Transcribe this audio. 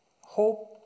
hope